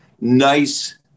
nice